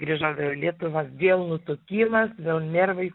grįžau į lietuvą vėl nutukimas vėl nervai